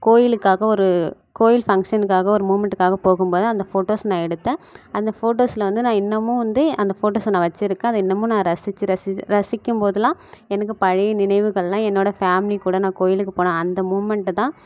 கோயிலுக்காக ஒரு கோயில் ஃபங்க்ஷனுக்காக ஒரு மூமெண்ட்டுக்காக போகும்போது அந்த ஃபோட்டோஸ் நான் எடுத்தேன் அந்த ஃபோட்டோஸ்ல வந்து நான் இன்னமும் வந்து அந்த ஃபோட்டோஸை நான் வச்சிருக்கேன் அதை இன்னமும் நான் ரசிச்சு ரசிச்சு ரசிக்கம்போதெலாம் எனக்கு பழைய நினைவுகள்லாம் என்னோட ஃபேமிலி கூட நான் கோவிலுக்கு போனேன் அந்த மூமெண்ட்டை தான்